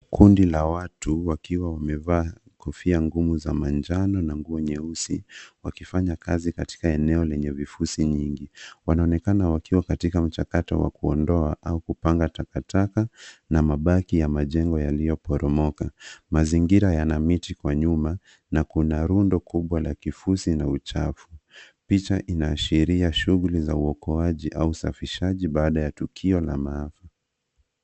Kundi la watu wakiwa wamevaa kofia ngumu za manjano na nguo nyeusi wakifanya kazi katika eneo lenye vifusi nyingi. Wanaonekana wakiwa katika mchakato wa kuondoa au kupanga takataka na mabaki ya majengo yaliyoporomoka. Mazingira yana miti kwa nyuma na kuna rundo kubwa la kifusi na uchafu. Picha inaashiria shuguli ya uokoaji au usafishaji baada la maafa.